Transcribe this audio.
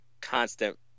constant